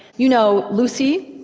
you know lucy,